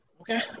okay